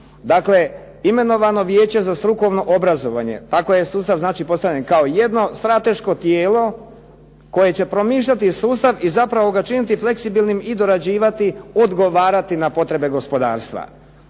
Dakle, imenovano Vijeće za strukovno obrazovanje, tako je sustav znači postavljen kao jedno strateško tijelo koje će promišljati sustav i zapravo ga čuvati fleksibilnim i dorađivati, odgovarati na potrebe gospodarstva.